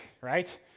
right